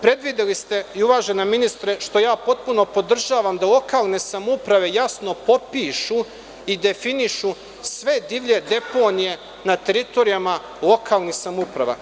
Predvideli ste i uvaženi ministre što ja potpuno podržavam da lokalne samouprave jasno popišu i definišu sve divlje deponije na teritorijama lokalnih samouprava.